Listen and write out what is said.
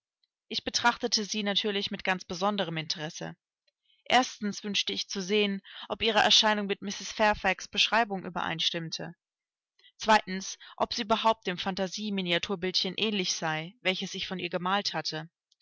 ich betrachtete sie natürlich mit ganz besonderem interesse erstens wünschte ich zu sehen ob ihre erscheinung mit mrs fairfax beschreibung übereinstimmte zweitens ob sie überhaupt dem fantasie miniaturbildchen ähnlich sei welches ich von ihr gemalt hatte